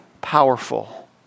powerful